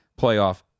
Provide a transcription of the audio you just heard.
playoff